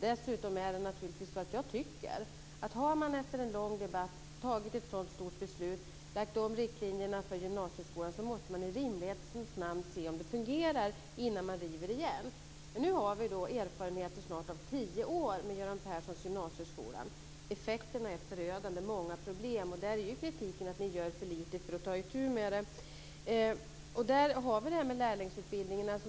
Dessutom tycker jag naturligtvis att har man efter en lång debatt fattat ett sådant stort beslut, lagt om riktlinjerna för gymnasieskolan, måste man i rimlighetens namn se om det fungerar innan man river upp det igen. Nu har vi snart tio års erfarenhet av Göran Perssons gymnasieskola. Effekterna är förödande. Det är många problem. Där är kritiken att ni gör för lite för att ta itu med dem. Vi har frågan om lärlingsutbildningen.